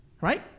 Right